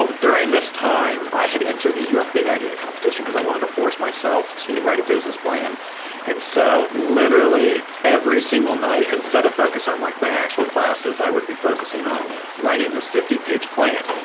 ah during this time i had entered the uof big idea competition cause i wanted to force myself to write a business plan and so literally, every single night instead of focusing on like my actual classes i would be focusing on writing this fifty page plan.